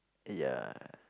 ya